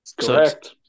Correct